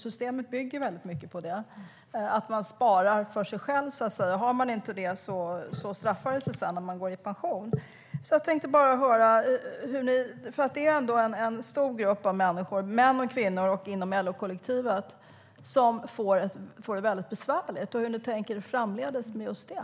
Systemet bygger väldigt mycket på att man sparar för sig själv. Har man inte gjort det straffar det sig sedan när man går i pension. Det är ändå en stor grupp av människor, män och kvinnor inom LO-kollektivet, som får det väldigt besvärligt. Hur tänker ni er framdeles med just det?